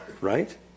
Right